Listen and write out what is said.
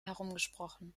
herumgesprochen